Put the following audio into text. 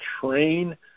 train